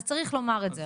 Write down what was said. אז צריך לומר את זה.